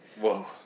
Whoa